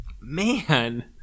Man